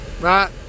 Right